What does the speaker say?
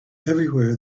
everywhere